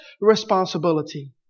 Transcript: responsibility